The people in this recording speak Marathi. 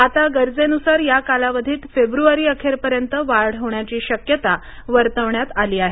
आता गरजेनुसार या कालावधीत फेब्रुवारीअखेरपर्यंत वाढ होण्याची शक्यता वर्तवण्यात आली आहे